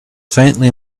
faintly